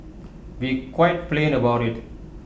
be quite plain about IT